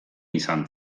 izan